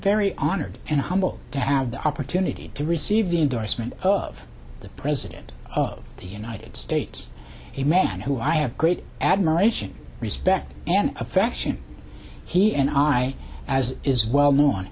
very honored and humbled to have the opportunity to receive the endorsement of the president of the united states a man who i have great admiration respect and affection he and i as is well kno